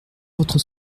votre